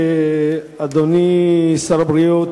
אדוני שר הבריאות,